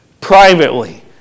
privately